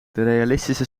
realistische